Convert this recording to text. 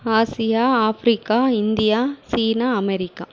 Asia Africa India China America